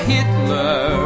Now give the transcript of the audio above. Hitler